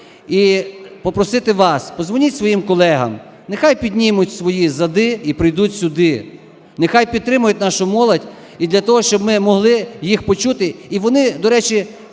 і попросити вас – подзвоніть своїм колегам, нехай піднімуть свої зади і прийдуть сюди. Нехай підтримають нашу молодь. І для того, щоб ми могли їх почути,